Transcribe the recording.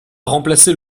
remplacer